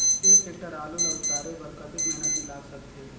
एक टेक्टर आलू ल उतारे बर कतेक मेहनती लाग सकथे?